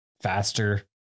faster